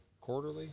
Quarterly